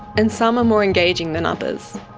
and some are more engaging than others.